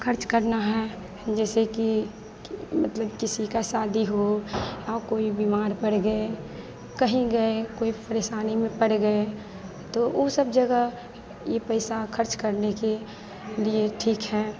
ख़र्च करना है फिर जैसे कि कि मतलब किसी की शादी हो या कोई बीमारी पड़ गए कहीं गए कोई परेशानी में पड़ गए तो ऊ सब जगह यह पैसा ख़र्च करने के लिए ठीक हैं